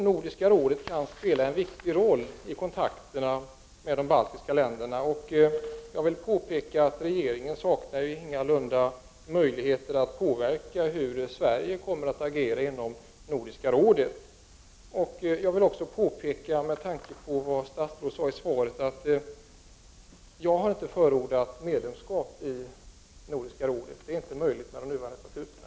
Nordiska rådet kan spela en viktig roll vad gäller kontakterna med de baltiska länderna och jag vill påpeka att regeringen ingalunda saknar möjligheter att påverka Sveriges agerande inom Nordiska rådet. Jag vill också, med tanke på vad statsrådet sade i svaret, påpeka att jag inte har förordat medlemskap för de baltiska staterna i Nordiska rådet. Detta är inte möjligt med de nuvarande statuterna.